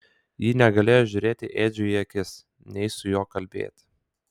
ji negalėjo žiūrėti edžiui į akis nei su juo kalbėti